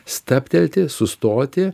stabtelti sustoti